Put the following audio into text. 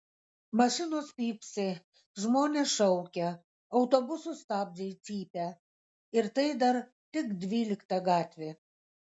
mašinos pypsi žmonės šaukia autobusų stabdžiai cypia ir tai dar tik dvylikta gatvė